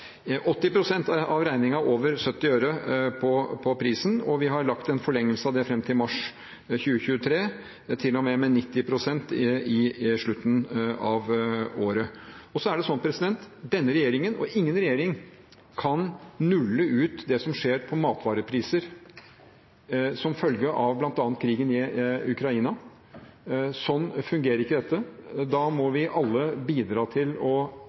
øre på prisen, og vi har lagt en forlengelse av det fram til mars 2023, til og med 90 pst. i slutten av året. Så er det sånn at verken denne regjeringen eller en annen regjering kan nulle ut det som skjer når det gjelder matvarepriser som følge av bl.a. krigen i Ukraina. Sånn fungerer ikke dette. Da må vi alle bidra til å